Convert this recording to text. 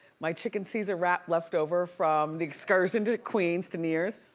my chicken caesar wrap leftover from the excursion to queens, to neir's.